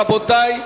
רבותי,